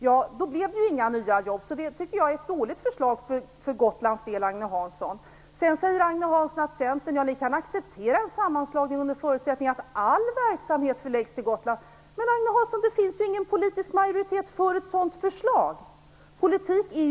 Ja, då blev det inga nya jobb, så då är det ett dåligt förslag för Gotlands del. Sedan säger Agne Hansson att Centern kan acceptera en sammanslagning under förutsättning att all verksamhet förläggs till Gotland. Men det finns ju ingen politisk majoritet för ett sådant förslag, Agne Hansson!